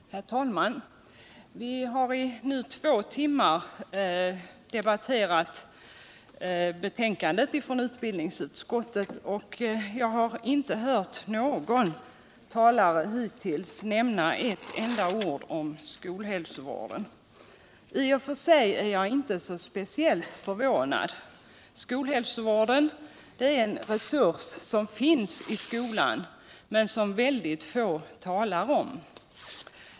Herr talman! Vi har nu i två timmar debatterat utbildningsutskottets betänkande 1977/78:21, men jag har hittills inte hört någon talare nämna ett enda ord om skolhälsovården. I och för sig är jag inte speciellt förvånad. Skolhälsovården är en resurs som finns inom skolan, men som väldigt få talar om.